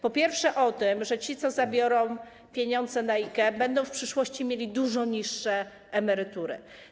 Po pierwsze, ci, co zabiorą pieniądze na IKE, będą w przyszłości mieli dużo niższe emerytury.